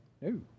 No